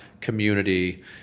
community